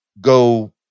go